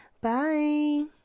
Bye